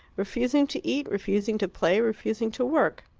refusing to eat, refusing to play, refusing to work.